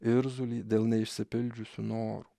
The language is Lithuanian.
irzulį dėl neišsipildžiusių norų